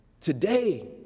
today